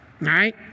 right